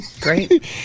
Great